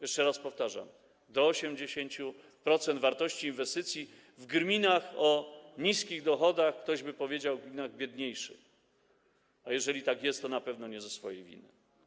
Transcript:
Jeszcze raz powtarzam, do 80% wartości inwestycji w gminach o niskich dochodach, ktoś by powiedział: w gminach biedniejszych, ale jeżeli tak jest, to na pewno nie ze swojej winy.